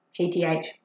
PTH